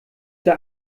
der